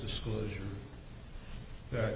disclosure a